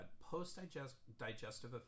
post-digestive